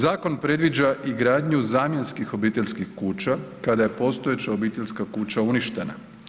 Zakon predviđa i gradnju zamjenskih obiteljskih kuća kada je postojeća obiteljska kuća uništena.